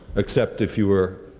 except if you were